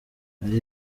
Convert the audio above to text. ari